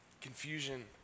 Confusion